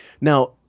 Now